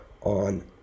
on